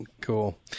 Cool